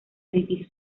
edificio